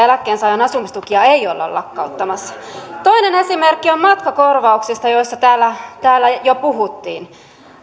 eläkkeensaajan asumistukia ei olla lakkauttamassa toinen esimerkki on matkakorvauksista joista täällä täällä jo puhuttiin